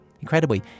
incredibly